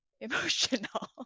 emotional